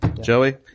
Joey